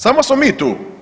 Samo smo mi tu.